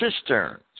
cisterns